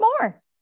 more